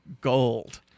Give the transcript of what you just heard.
gold